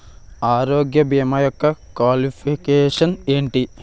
ఆరోగ్య భీమా యెక్క క్వాలిఫికేషన్ ఎంటి?